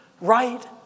right